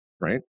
right